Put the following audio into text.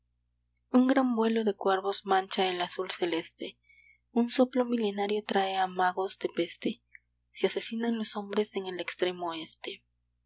un gran vuelo de cuervos mancha el azul celeste un soplo milenario trae amagos de peste se asesinan los hombre en el extremo este